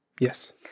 Yes